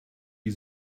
die